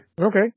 Okay